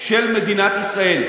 של מדינת ישראל.